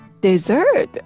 Dessert